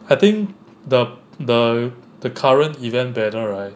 I think the the the current event banner right